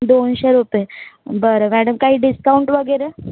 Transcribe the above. दोनशे रुपये बरं मॅडम काही डिस्काउंट वगैरे